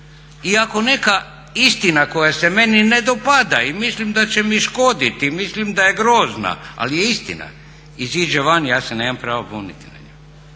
I ako neka istina koja se meni ne dopada i mislim da će mi škoditi i mislim da je grozna ali je istina iziđe van ja se nemam pravo buniti. Ona je